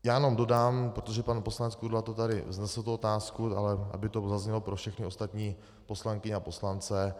Já jenom dodám, protože pan poslanec Kudela tady vznesl tu otázku, ale aby to zaznělo pro všechny ostatní poslankyně a poslance.